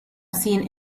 seen